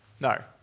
No